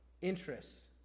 interests